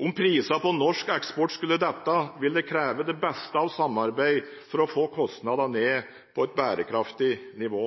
Om prisene på norsk eksport skulle falle, vil det kreve det beste av samarbeid for å få kostnadene ned på et bærekraftig nivå.